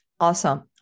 Awesome